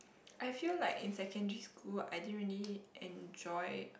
I feel like in secondary school I didn't really enjoy